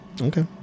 Okay